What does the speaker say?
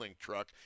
truck